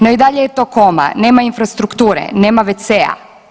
No i dalje je to koma, nema infrastrukture, nema wc-a.